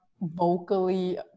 vocally